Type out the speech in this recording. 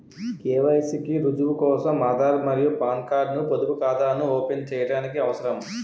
KYC కి రుజువు కోసం ఆధార్ మరియు పాన్ కార్డ్ ను పొదుపు ఖాతాను ఓపెన్ చేయడానికి అవసరం